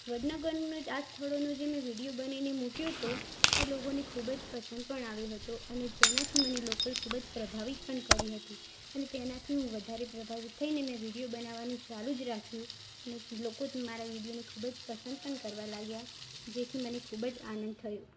વડનગરનો આ સ્થળોનો જે મેં વીડિયો બનાવીને મૂક્યો હતો તે લોકોને ખૂબજ પસંદ પણ આવ્યો હતો અને જેનાથી મને લોકોએ ખૂબ જ પ્રભાવિત પણ કરી હતી અને તેનાથી હું વધારે પ્રભાવિત થઈને મેં વીડિયો બનાવવાનું ચાલુ જ રાખ્યું અને લોકોથી મારા વીડિયોને ખૂબ જ પસંદ પણ કરવા લાગ્યા જેથી મને ખૂબ જ આનંદ થયો